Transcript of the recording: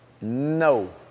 No